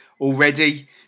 already